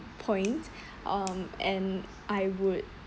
point um and I would